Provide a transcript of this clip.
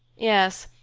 yes,